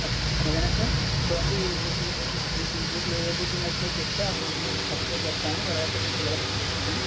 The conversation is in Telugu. అలాగేనా సార్ చూడండి ఈ బూట్లు మీకు మీకు ఈ బూట్లలో ఏయే బూట్లు నచ్చినయో చెప్తే ఆ బూట్లు మేము పక్కకి పెడతాము తర్వాత మీ పిల్లలకు చూపిస్తాను